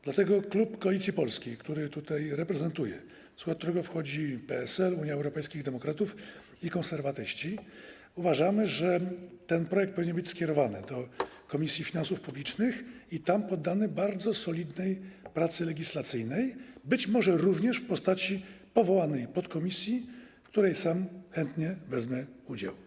Dlatego klub Koalicji Polskiej, który tutaj reprezentuję, klub, w skład którego wchodzi PSL, Unia Europejskich Demokratów i Konserwatyści, uważa, że ten projekt powinien być skierowany do Komisji Finansów Publicznych i tam poddany bardzo solidnej pracy legislacyjnej, być może również w postaci powołanej podkomisji, w której pracach sam chętnie wezmę udział.